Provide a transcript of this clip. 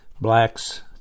Blacks